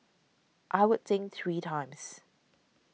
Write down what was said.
I would think three times